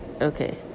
Okay